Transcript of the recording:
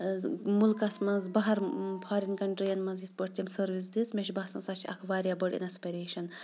مُلکَس منٛز باہر فارِن کَنٹرٛیٖیَن منٛز یِتھ پٲٹھی تٔمۍ سٔروِس دِژ مےٚ چھِ باسان سۄ چھےٚ اَکھ واریاہ بٔڈ اِنَسپَریشَن